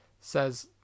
says